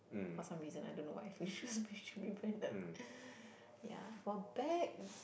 for some reason I don't know why for shoes should be branded ya for bags